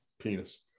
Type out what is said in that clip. penis